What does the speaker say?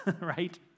right